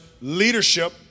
leadership